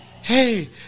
Hey